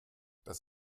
das